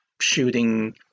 shooting